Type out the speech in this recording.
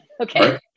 okay